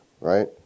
right